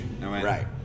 Right